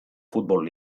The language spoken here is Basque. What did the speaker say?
futbol